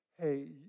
Hey